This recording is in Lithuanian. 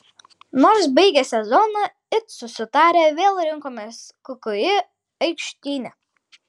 nors baigę sezoną it susitarę vėl rinkomės kki aikštyne